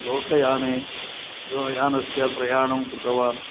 लोकयाने एवं यानस्य प्रयाणं कृतवान्